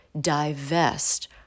divest